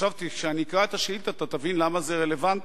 חשבתי שאני אקרא את השאילתא ואתה תבין למה זה רלוונטי.